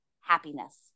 happiness